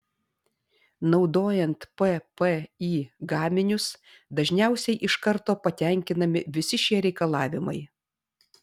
naudojant ppi gaminius dažniausiai iš karto patenkinami visi šie reikalavimai